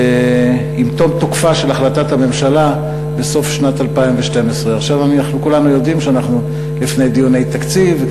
עם תום תוקפה של החלטת הממשלה בסוף שנת 2012. עכשיו אנחנו כולנו יודעים שאנחנו לפני דיוני תקציב,